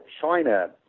China